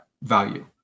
value